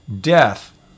death